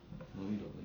no you don't